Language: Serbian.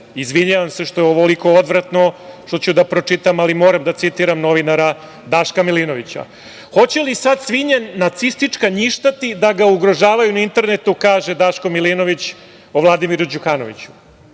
izvinjavam se što je ovoliko odvratno što ću da pročitam, ali moram da citiram novinara Daška Milinovića: „Hoće li sad svinja nacistička njištati da ga ugrožavaju na internetu“, kaže Daško Milinović o Vladimiru Đukanoviću.